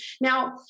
now